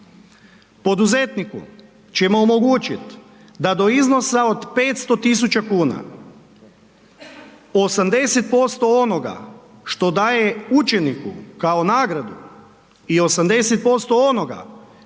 Poduzetniku ćemo omogućit da do iznosa od 500.000,00 kn 80% onoga što daje učeniku kao nagradu i 80% onoga